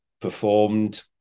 performed